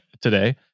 today